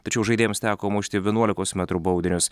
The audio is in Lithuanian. tačiau žaidėjams teko mušti vienuolikos metrų baudinius